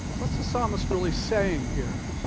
what's the psalmist really saying here?